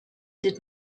did